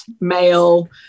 male